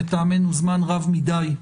לטעמנו זמן רב מדי,